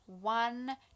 one